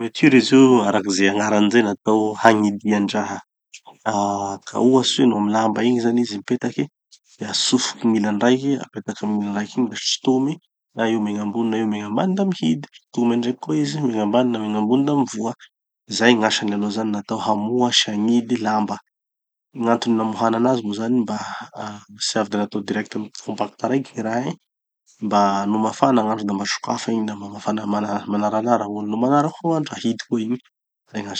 Gny fermeture izy io araky ze agnarany zay natao hagnidian-draha. Ah ka ohatsy no amy lamba igny zany izy mipetaky, de asofoky gn'ilany raiky, apetaky amy gny raiky igny da sotomy, na io megna ambony na io megna ambany da mihidy. Sotomy andraiky koa izy megna ambany na megna ambony da mivoha. Zay gn'asany aloha zany natao hamoha sy hagnidy lamba. Gn'antony amohana anazy moa zany mba ah tsy avy de natao direct compact raiky gny raha igny mba no mafana gn'andro da mba sokafa igny da magnafana magnanaranara. No manara koa gn'andro ahidy koa igny. Zay gn'asany.